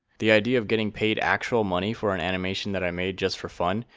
the idea of getting paid actual money, for and animation that i made just for fun,